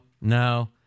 no